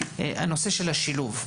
הנושא של השילוב.